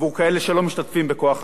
עבור כאלה שלא משתתפים בכוח העבודה.